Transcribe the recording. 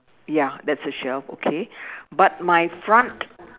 ya that's a shelf okay but my front